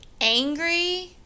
angry